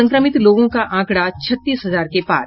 संक्रमित लोगों का आंकड़ा छत्तीस हजार के पार